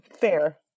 Fair